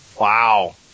Wow